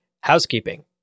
housekeeping